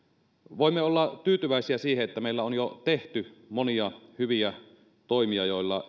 voimme olla tyytyväisiä siihen että meillä on jo tehty monia hyviä toimia joilla